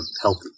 healthy